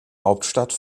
hauptstadt